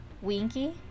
Winky